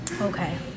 Okay